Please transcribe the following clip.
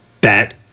bet